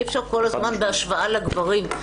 אי אפשר כל הזמן בהשוואה לגברים.